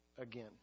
again